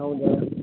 ಹೌದಾ